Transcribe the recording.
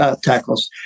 tackles